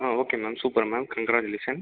ah okay ma'am super ma'am congratulations